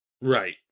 right